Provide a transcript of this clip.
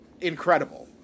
incredible